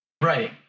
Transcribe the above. right